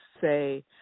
say